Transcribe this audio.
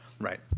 right